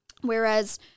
Whereas